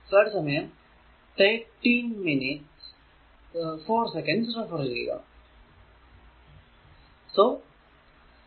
അപ്പോൾ p1 എന്നത് 16 10 ആണ്